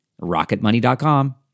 Rocketmoney.com